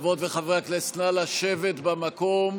חברות וחברי הכנסת, נא לשבת במקום.